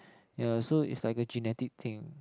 ya so is like a genetic thing